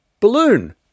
Balloon